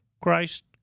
Christ